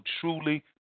truly